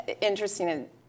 interesting